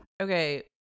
Okay